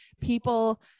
people